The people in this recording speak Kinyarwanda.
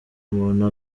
umuntu